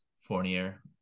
Fournier